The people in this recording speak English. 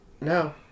No